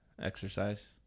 Exercise